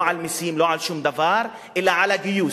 לא על מסים, לא על שום דבר, אלא על הגיוס.